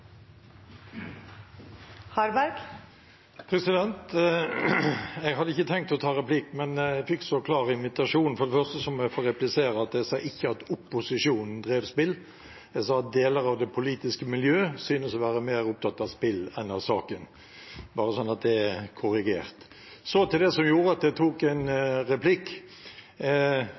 jeg få replisere at jeg ikke sa at opposisjonen drev spill, jeg sa at deler av det politiske miljøet synes å være mer opptatt av spill enn av saken – bare så det er korrigert. Så til det som gjorde at jeg tok en replikk: